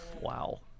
Wow